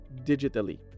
digitally